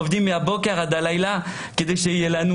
יש כל מיני דברים שאפשר לעשות כדי להגן על הילדים